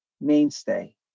mainstay